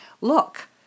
look